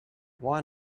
why